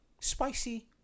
Spicy